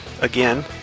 again